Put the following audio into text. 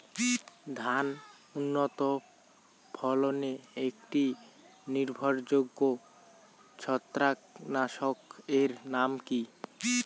ধান উন্নত ফলনে একটি নির্ভরযোগ্য ছত্রাকনাশক এর নাম কি?